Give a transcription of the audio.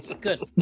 Good